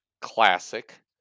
classic